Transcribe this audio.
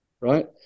right